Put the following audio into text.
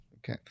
Okay